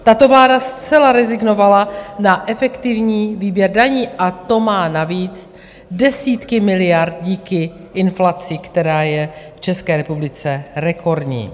Tato vláda zcela rezignovala na efektivní výběr daní, a to má navíc desítky miliard díky inflaci, která je v České republice rekordní.